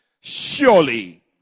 Surely